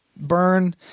Burn